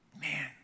man